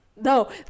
No